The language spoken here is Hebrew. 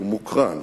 הוא מוקרן.